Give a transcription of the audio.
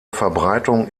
verbreitung